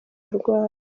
arwaye